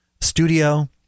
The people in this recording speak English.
studio